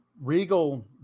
Regal